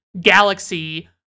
galaxy